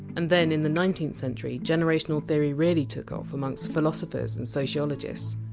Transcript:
and then, in the nineteenth century, generational theory really took off amongst philosophers and sociologists.